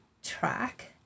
track